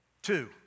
Two